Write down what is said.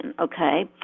okay